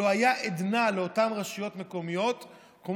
לא הייתה עדנה לאותן רשויות מקומיות כמו